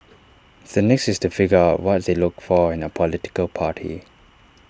the next is to figure out what they looked for in A political party